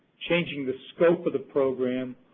changing the scope of the program,